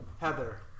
Heather